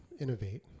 innovate